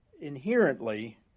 inherently